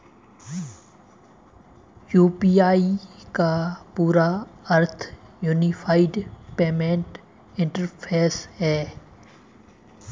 UPI का पूरा अर्थ यूनिफाइड पेमेंट इंटरफ़ेस है